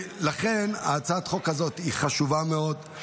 הצעת החוק הזאת היא חשובה מאוד,